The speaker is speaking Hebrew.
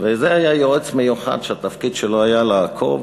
וזה היה יועץ מיוחד שהתפקיד שלו היה לעקוב